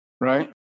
Right